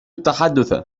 التحدث